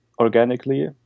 organically